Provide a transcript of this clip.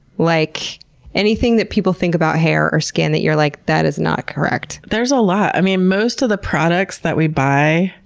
like anything that people think about hair or skin that you're like, that is not correct. there's a lot! most of the products that we buy,